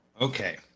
Okay